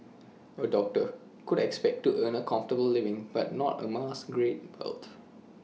A doctor could expect to earn A comfortable living but not amass great wealth